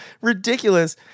ridiculous